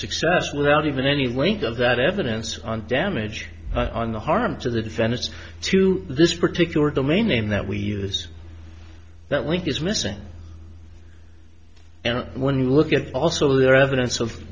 success without even any weight of that evidence and damage on the harm to the defendants to this particular domain name that we use that link is missing and when you look at also their evidence of